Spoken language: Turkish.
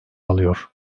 alıyor